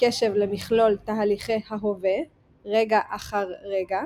וקשב למכלול תהליכי ההווה, רגע אחר רגע;